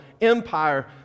empire